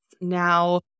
Now